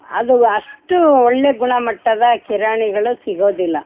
ಅದು ಅಷ್ಟು ಒಳ್ಳೆಯ ಗುಣಮಟ್ಟದ ಕಿರಣಿಗಳು ಸಿಗೋದಿಲ್ಲ